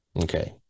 Okay